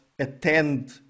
attend